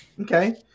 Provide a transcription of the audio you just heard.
Okay